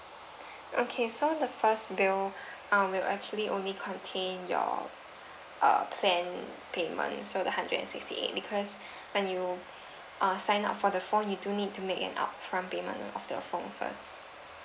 okay so the first bill um will actually only contain your uh plan payment so the hundred and sixty eight because when you uh sign up for the phone you do need to make an upfront payment of the phone first